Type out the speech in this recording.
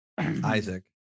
isaac